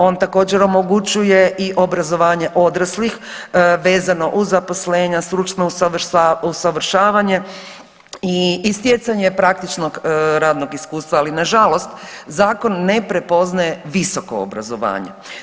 On također omogućuje i obrazovanje odraslih vezano uz zaposlenja, stručno usavršavanje i stjecanje praktičnog radnog iskustva, ali nažalost zakon ne prepoznaje visoko obrazovanje.